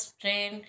train